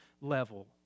level